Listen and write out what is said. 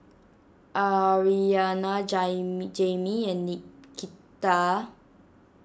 Arianna Jamie and Nikita